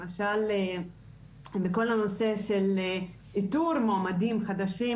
למשל בכל הנושא של איתור מועמדים חדשים,